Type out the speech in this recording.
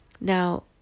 Now